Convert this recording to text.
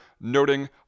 noting